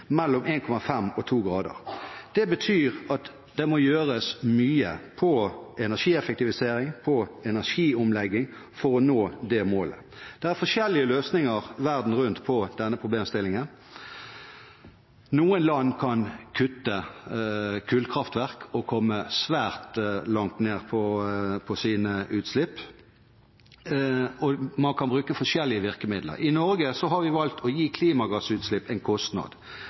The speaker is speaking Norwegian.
mellom 1,5 og 2 grader. Det betyr at det må gjøres mye når det gjelder energieffektivisering, når det gjelder energiomlegging, for å nå det målet. Det er forskjellige løsninger verden rundt på denne problemstillingen. Noen land kan kutte i kullkraftverk og komme svært langt ned når det gjelder utslipp, og man kan bruke forskjellige virkemidler. I Norge har vi valgt å gi klimagassutslipp en kostnad.